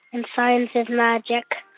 and science is magic.